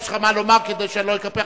יש לך מה לומר כדי שאני לא אקפח?